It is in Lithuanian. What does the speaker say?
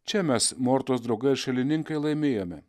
čia mes mortos draugai ir šalininkai laimėjome